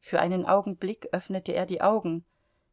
für einen augenblick öffnete er die augen